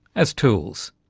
as tools.